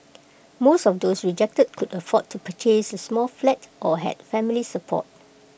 most of those rejected could afford to purchase A small flat or had family support